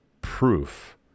proof